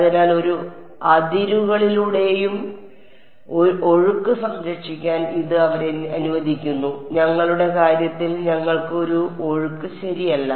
അതിനാൽ ഒരു അതിരുകളിലുടനീളം ഒഴുക്ക് സംരക്ഷിക്കാൻ ഇത് അവരെ അനുവദിക്കുന്നു ഞങ്ങളുടെ കാര്യത്തിൽ ഞങ്ങൾക്ക് ഒരു ഒഴുക്ക് ശരിയല്ല